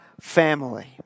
family